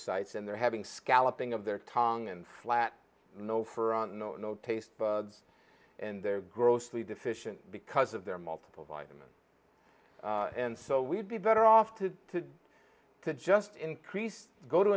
sites and they're having scalloping of their tongue and flat no for no no taste bugs and they're grossly deficient because of their multiple vitamin and so we'd be better off to to to just increase go to